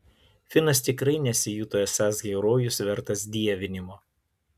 finas tikrai nesijuto esąs herojus vertas dievinimo